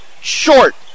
Short